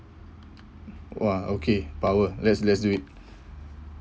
!wah! okay power let's let's do it